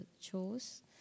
chose